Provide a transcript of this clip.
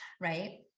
right